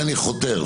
אני חותר,